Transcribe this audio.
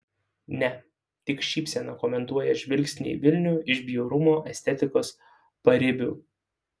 ne tik šypsena komentuoja žvilgsnį į vilnių iš bjaurumo estetikos paribių